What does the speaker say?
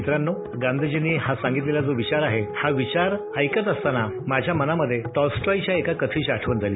मित्रांनो गांधीजींनी हा सांगितलेला जो विचार आहे हा विचार ऐकत असताना माझ्या मनामधे टॉलस्टॉयच्या एका कथेची आठवण झाली